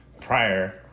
prior